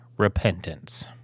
repentance